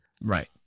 Right